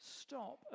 stop